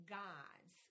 gods